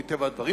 מטבע הדברים,